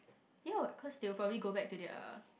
cause they will probably go back to their